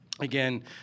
Again